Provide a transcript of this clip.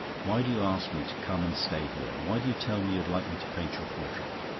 why do you ask me to come and stay here? why do you tell me you'd like me to paint your portrait?